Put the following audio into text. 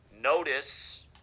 notice